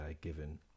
given